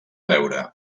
veure